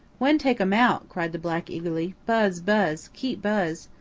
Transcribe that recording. when take um out? cried the black eagerly buzz buzz. keep buzz.